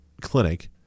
clinic